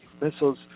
missiles